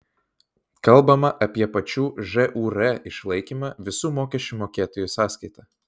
kalbama apie pačių žūr išlaikymą visų mokesčių mokėtojų sąskaita